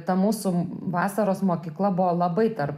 ta mūsų vasaros mokykla buvo labai tarp